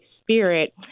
spirit